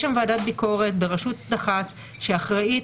יש שם ועדת ביקורת בראשות דח"צ שאחראית